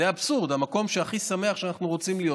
זה אבסורד, המקום הכי שמח שבו אנחנו רוצים להיות,